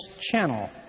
channel